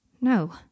No